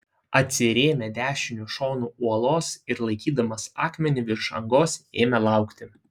atsirėmė dešiniu šonu uolos ir laikydamas akmenį virš angos ėmė laukti